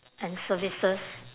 and services